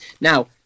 now